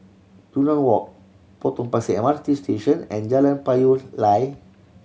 Yunnan Walk Potong Pasir M R T Station and Jalan Payoh Lai